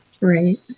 Right